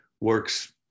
works –